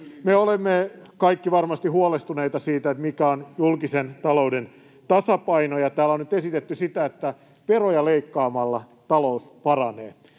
Me olemme kaikki varmasti huolestuneita siitä, mikä on julkisen talouden tasapaino, ja täällä on nyt esitetty sitä, että veroja leikkaamalla talous paranee.